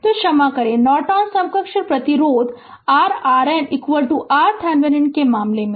तो क्षमा करें नॉर्टन समकक्ष प्रतिरोध तो r RN RThevenin के मामले में